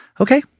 Okay